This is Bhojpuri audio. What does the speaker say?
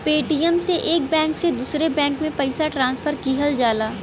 पेटीएम से एक बैंक से दूसरे बैंक में पइसा ट्रांसफर किहल जाला